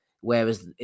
whereas